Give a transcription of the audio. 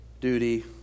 duty